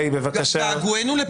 געגועינו לפינדרוס.